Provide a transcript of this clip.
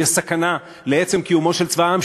יש סכנה לעצם קיומו של צבא העם,